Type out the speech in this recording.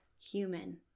human